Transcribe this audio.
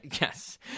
Yes